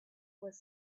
was